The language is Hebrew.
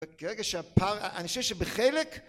ברגע שהפער, אני חושב שבחלק